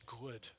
good